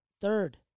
third